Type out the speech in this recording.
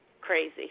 crazy